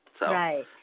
Right